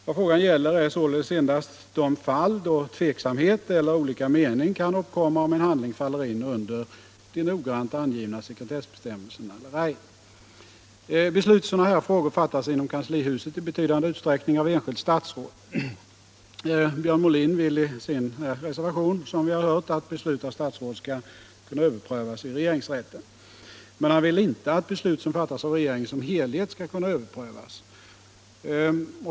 Vad frågan gäller är således endast de fall då tveksamhet eller olika mening kan uppkomma huruvida en handling faller in under de noggrant angivna sekretessbestämmelserna eller ej. Beslut i sådana här frågor fattas inom kanslihuset i betydande utsträckning av enskilt statsråd. Björn Molin vill, som vi hört, i sin reservation att beslut av statsråd skall kunna överprövas i regeringsrätten. Men han vill inte att beslut som fattas av regeringen som helhet skall kunna överprövas.